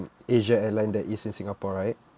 asia airline there is in singapore right